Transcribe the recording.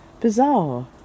bizarre